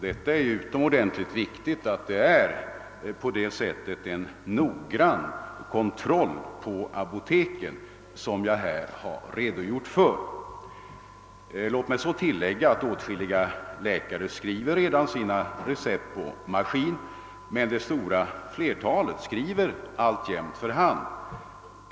Det är utomordentligt viktigt att en noggrann kontroll härvidlag sker på apoteken, såsom jag redogjort för i mitt svar. Låt mig tillägga att åtskilliga läkare redan skriver sina recept på maskin men att det stora flertalet alltjämt skriver för hand.